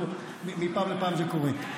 מפעם לפעם זה קורה.